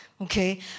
Okay